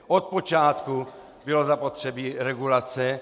Odpočátku bylo zapotřebí regulace.